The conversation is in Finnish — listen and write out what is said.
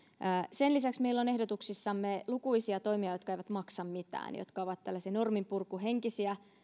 sen lisäksi meillä on ehdotuksissamme lukuisia toimia jotka eivät maksa mitään jotka ovat tällaisia norminpurkuhenkisiä